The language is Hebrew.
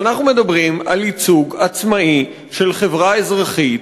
אנחנו מדברים על ייצוג עצמאי של חברה אזרחית,